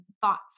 thoughts